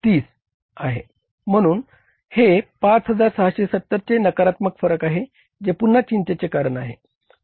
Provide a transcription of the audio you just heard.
म्हणून येथे 5670 चे नकारात्मक फरक आहे जे पुन्हा चिंतेचे कारण आहे